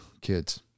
kids